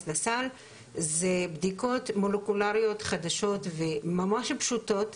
לסל זה בדיקות מולקולריות חדשות וממש פשוטות